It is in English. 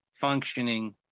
functioning